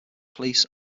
police